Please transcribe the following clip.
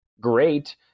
great